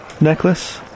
necklace